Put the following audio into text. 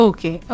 Okay